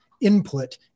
input